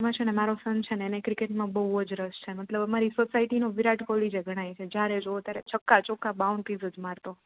એમા છેને મારો સન છેને એને ક્રિકેટમાં બહુ જ રસ છે મતલબ અમારી સોસાયટીનો વિરાટ કોહલી જ ગણાએ જ છે જ્યારે જોયો ત્યારે છકા ચોંકા બાઉન્ડ્રી જ માર તો